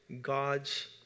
God's